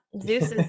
Zeus